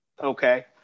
Okay